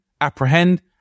apprehend